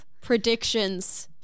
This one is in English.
predictions